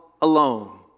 alone